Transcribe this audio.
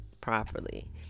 properly